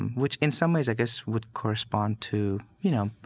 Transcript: which in some ways, i guess, would correspond to, you know,